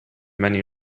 many